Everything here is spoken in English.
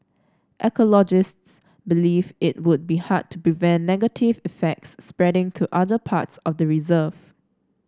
ecologists believe it would be hard to prevent negative effects spreading to other parts of the reserve